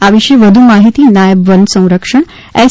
આ વિશે વધુ માહિતી નાયબ વન સંરક્ષક એસ